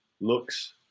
looks